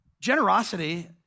generosity